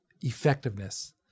effectiveness